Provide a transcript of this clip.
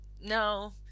no